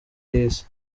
y’isi